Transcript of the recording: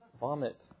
vomit